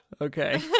Okay